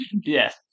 Yes